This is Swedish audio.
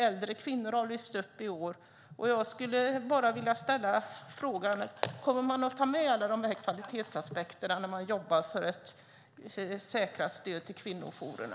Äldre kvinnor har lyfts fram i år. Kommer man att ta med alla dessa kvalitetsaspekter när man jobbar för ett säkrat stöd till kvinnojourerna?